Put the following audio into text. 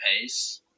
pace